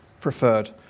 preferred